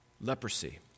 Leprosy